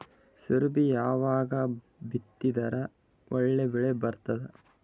ಕುಸಬಿ ಯಾವಾಗ ಬಿತ್ತಿದರ ಒಳ್ಳೆ ಬೆಲೆ ಬರತದ?